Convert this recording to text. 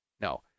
No